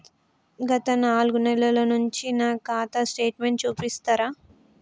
గత నాలుగు నెలల నుంచి నా ఖాతా స్టేట్మెంట్ చూపిస్తరా?